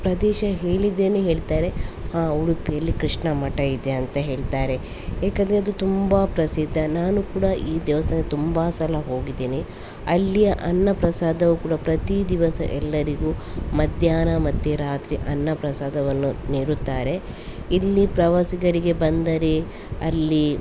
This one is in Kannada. ಪ್ರದೇಶ ಹೇಳಿದ್ದೇನೆ ಹೇಳ್ತಾರೆ ಹಾಂ ಉಡುಪಿಯಲ್ಲಿ ಕೃಷ್ಣ ಮಠ ಇದೆ ಅಂತ ಹೇಳ್ತಾರೆ ಏಕಂದರೆ ಅದು ತುಂಬ ಪ್ರಸಿದ್ಧ ನಾನು ಕೂಡ ಈ ದೇವಸ್ಥಾನ ತುಂಬ ಸಲ ಹೋಗಿದ್ದೇನೆ ಅಲ್ಲಿಯ ಅನ್ನಪ್ರಸಾದವು ಕೂಡ ಪ್ರತಿ ದಿವಸ ಎಲ್ಲರಿಗೂ ಮಧ್ಯಾಹ್ನ ಮತ್ತು ರಾತ್ರಿ ಅನ್ನಪ್ರಸಾದವನ್ನು ನೀಡುತ್ತಾರೆ ಇಲ್ಲಿ ಪ್ರವಾಸಿಗರಿಗೆ ಬಂದರೆ ಅಲ್ಲಿ